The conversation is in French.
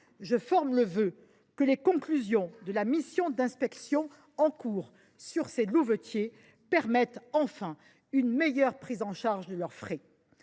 Je forme le vœu que les conclusions de la mission d’inspection en cours sur les louvetiers permettent enfin une meilleure prise en charge de leurs frais.